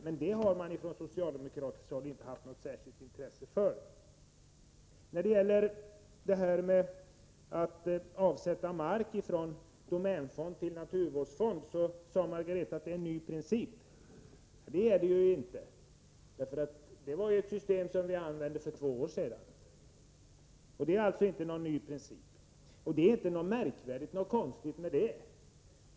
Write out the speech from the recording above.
Från socialdemokratiskt håll har man emellertid inte haft något särskilt intresse för detta. När det gäller att avsätta mark från domänfond till naturvårdsfond sade Margareta Winberg att det är en ny princip. Det är det inte — det är ett system som vi använde för två år sedan. Det är alltså inte någon ny princip. Och det är inte något märkvärdigt eller konstigt med det systemet.